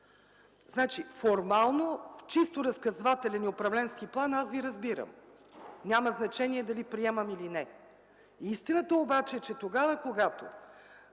Формално, в чисто разказвателен и управленски план, аз Ви разбирам. Няма значение дали приемам или не. Истината обаче е, че тогава, когато